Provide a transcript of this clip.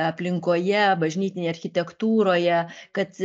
aplinkoje bažnytinėje architektūroje kad